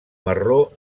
marró